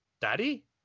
Daddy